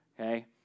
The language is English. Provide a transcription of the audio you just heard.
okay